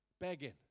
begging